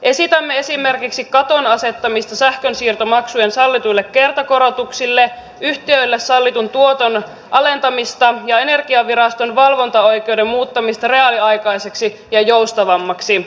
esitämme esimerkiksi katon asettamista sähkönsiirtomaksujen sallituille kertakorotuksille yhtiöille sallitun tuoton alentamista ja energiaviraston valvontaoikeuden muuttamista reaaliaikaiseksi ja joustavammaksi